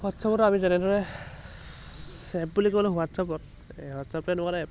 হোৱাটছএপত আমি যেনেদৰে এপ বুলি ক'বলৈ হোৱাটছএপত হোৱাটছএপটো এনেকুৱা এটা এপ